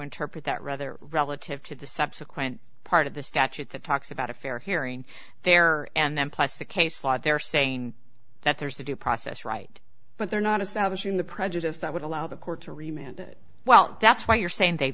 interpret that rather relative to the subsequent part of the statute that talks about a fair hearing there and then plus the case law they're saying that there's a due process right but they're not establishing the prejudice that would allow the court to remain and well that's why you're saying they